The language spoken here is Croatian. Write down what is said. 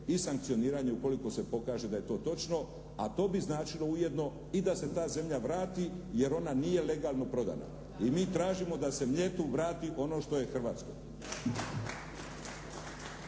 i sankcioniranje ukoliko se pokaže da je to točno, a to bi značilo ujedno i da se ta zemlja vrati jer ona nije legalno prodana i mi tražimo da se Mljetu vrati ono što je hrvatsko.